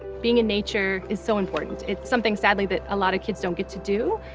being in nature is so important, it's something sadly that a lot of kids don't get to do,